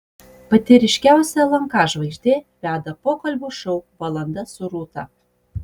pati ryškiausia lnk žvaigždė veda pokalbių šou valanda su rūta